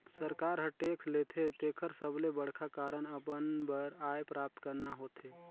सरकार हर टेक्स लेथे तेकर सबले बड़खा कारन अपन बर आय प्राप्त करना होथे